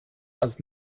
als